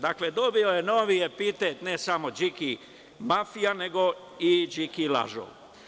Dakle, dobio je novi epitet ne samo Điki mafija nego i Điki lažov.